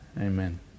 Amen